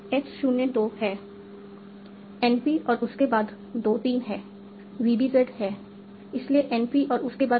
x 0 2 है NP और उसके बाद 2 3 है VBZ इसलिए NP और उसके बाद VBZ